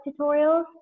tutorials